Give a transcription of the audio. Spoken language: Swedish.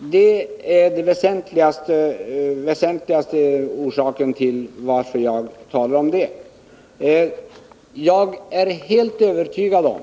Det är den väsentligaste orsaken till att jag talar om katastrof. Jag är helt övertygad om